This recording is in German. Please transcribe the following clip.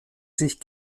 sich